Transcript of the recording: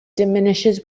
diminishes